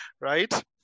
right